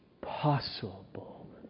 possible